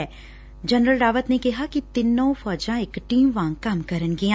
general Rawat ਨੇ ਕਿਹਾ ਤਿੰਨੇ ਫੌਜਾਂ ਇਕ ਟੀਮ ਵਾਂਗ ਕੰਮ ਕਰਨਗੀਆਂ